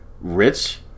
rich